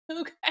okay